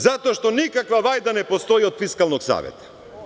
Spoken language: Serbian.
Zato što nikakva vajda ne postoji od Fiskalnog saveta.